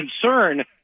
concern